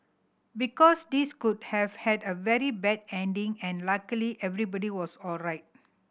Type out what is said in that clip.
because this could have had a very bad ending and luckily everybody was alright